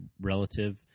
relative